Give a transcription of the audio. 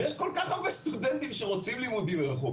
ויש כל-כך הרבה סטודנטים שרוצים לימודים מרחוק